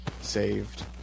saved